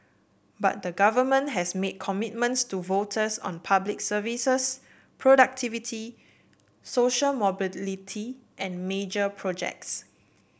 but the government has made commitments to voters on Public Services productivity social mobility and major projects